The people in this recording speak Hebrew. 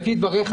לפי דבריך,